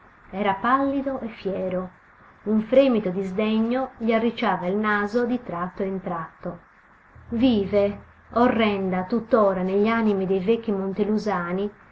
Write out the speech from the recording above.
era pallido e fiero un fremito di sdegno gli arricciava il naso di tratto in tratto vive orrenda tuttora negli animi dei vecchi